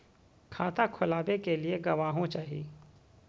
खाता खोलाबे के लिए गवाहों चाही?